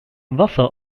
wasser